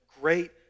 great